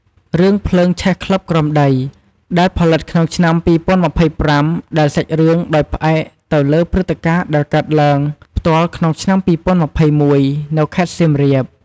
រឿង ភ្លើងឆេះក្លឹបក្រោមដី ដែលផលិតក្នុងឆ្នាំ ២០២៥ ដែលសាច់រឿងដោយផ្អែកទៅលើព្រឹត្តិការណ៍ដែលកើតឡើងផ្ទាល់ក្នុងឆ្នាំ ២០២១ នៅខេត្តសៀមរាប។